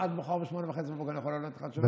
עד מחר ב-08:30 אני יכול לתת לך תשובה?